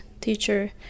teacher